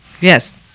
yes